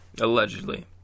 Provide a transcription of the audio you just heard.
Allegedly